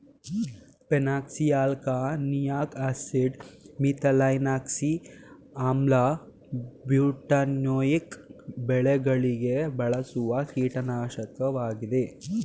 phenoxyalkanoic acid, methylphenoxy ಆಮ್ಲ, butanoic ಬೆಳೆಗಳಿಗೆ ಬಳಸುವ ಕೀಟನಾಶಕವಾಗಿದೆ